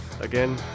again